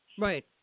Right